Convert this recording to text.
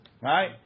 Right